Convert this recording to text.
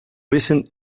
recent